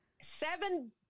Seven